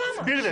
תסבירי לי.